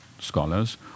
scholars